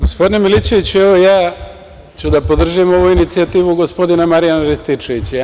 Gospodine Milićeviću, evo ja ću da podržim ovu inicijativu gospodina Marijana Rističevića.